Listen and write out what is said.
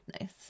nice